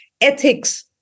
ethics